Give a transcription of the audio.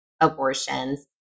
abortions